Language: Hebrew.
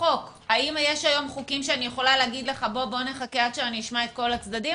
האם יש חוק היום שאני יכולה להגיד בוא נשמע את כל הצדדים,